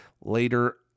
Later